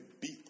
beat